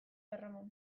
erroman